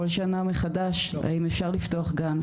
כל שנה מחדש האם אפשר לפתוח גן,